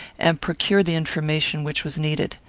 and procure the information which was needed.